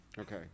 Okay